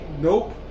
Nope